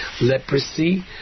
leprosy